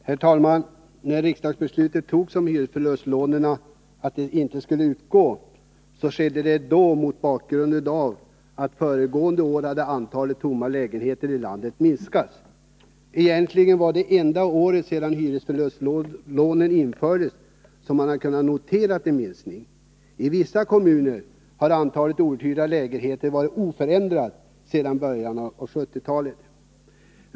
Herr talman! När riksdagsbeslutet om att hyresförlustlån inte skulle utgå fattades, skedde detta bl.a. mot bakgrunden av att antalet tomma lägenheter i landet hade minskat under föregående år. Egentligen var detta det enda år för vilket man kunnat notera en minskning sedan hyresförlustlånen infördes. I vissa kommuner har antalet outhyrda lägenheter varit oförändrat sedan början av 1970-talet.